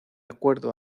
acuerdo